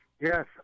Yes